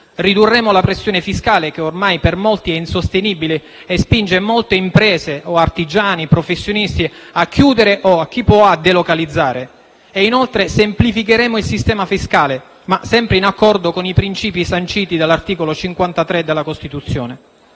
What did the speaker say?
Ridurremo la pressione fiscale, che ormai per molti è insostenibile, e spinge molte imprese, artigiani e professionisti a chiudere o, per chi può, a delocalizzare. Inoltre, semplificheranno il sistema fiscale, ma sempre in accordo con i principi sanciti dall'articolo 53 della Costituzione.